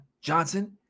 Johnson